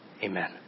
amen